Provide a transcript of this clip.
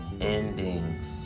endings